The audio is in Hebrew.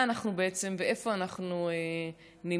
במה אנחנו בעצם ואיפה אנחנו נמצאים,